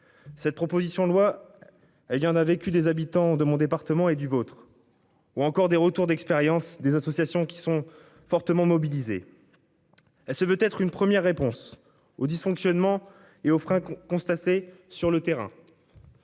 Cette proposition de loi. Il y en a vécu des habitants de mon département et du vôtre. Ou encore des retours d'expérience des associations qui sont fortement mobilisés. Elle se veut être une première réponse aux dysfonctionnements et aux fringues qu'ont constaté sur le terrain.